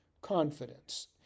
confidence